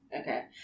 Okay